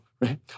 right